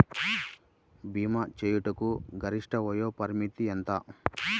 భీమా చేయుటకు గరిష్ట వయోపరిమితి ఎంత?